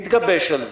נתגבש על זה?